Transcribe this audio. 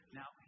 now